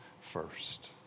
first